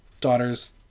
daughters